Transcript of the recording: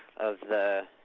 of the